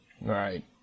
Right